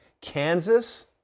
Kansas